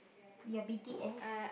you B_T_S